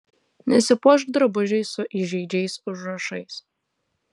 nesipuošk drabužiais su įžeidžiais užrašais